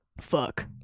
Fuck